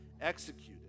executed